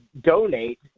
donate